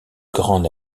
grands